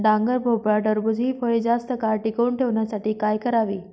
डांगर, भोपळा, टरबूज हि फळे जास्त काळ टिकवून ठेवण्यासाठी काय करावे?